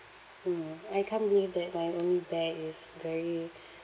mmhmm I can't believe that my only bag is very